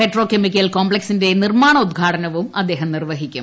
petro chemical കോംപ്ലക്സിന്റെ നിർമ്മാണോദ്ഘാടനവും അദ്ദേഹം നിർവ്വഹിക്കും